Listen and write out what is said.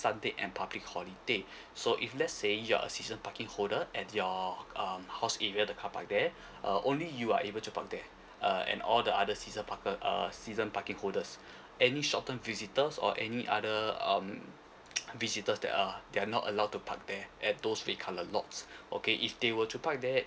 sunday and public holiday so if let say you're a season parking holder at your um house area the car park there uh only you are able to park there uh and all the other season parker err season parking holders any shorten visitors or any other um visitors that uh they are not allowed to park there at those red colour lots okay if they were to park there